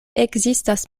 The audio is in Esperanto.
ekzistas